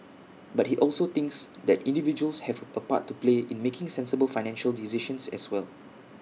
but he also thinks that individuals have A part to play in making sensible financial decisions as well